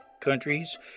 countries